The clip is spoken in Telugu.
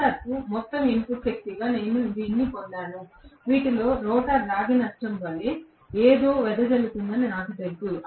రోటర్కు మొత్తం ఇన్పుట్ శక్తిగా నేను దీన్ని పొందాను వీటిలో రోటర్ రాగి నష్టం వలె ఏదో వెదజల్లుతుందని నాకు తెలుసు